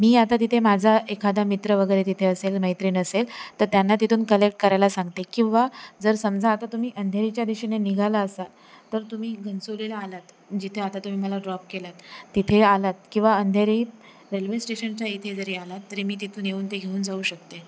मी आता तिथे माझा एखादा मित्र वगैरे तिथे असेल मैत्रीण असेल तर त्यांना तिथून कलेक्ट करायला सांगते किंवा जर समजा आता तुम्ही अंधेरीच्या दिशेने निघाला असाल तर तुम्ही घनसोलीला आलात जिथे आता तुम्ही मला ड्रॉप केलंत तिथे आलात किंवा अंधेरी रेल्वे स्टेशनच्या इथे जरी आलात तरी मी तिथून येऊन ते घेऊन जाऊ शकते